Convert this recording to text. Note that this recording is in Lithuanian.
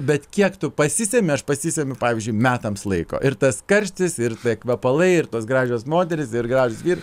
bet kiek tu pasisemi aš pasisemiu pavyzdžiui metams laiko ir tas karštis ir kvepalai ir tos gražios moterys ir gražūs vyr